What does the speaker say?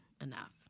enough